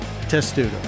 Testudo